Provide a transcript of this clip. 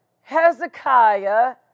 Hezekiah